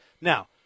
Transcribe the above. Now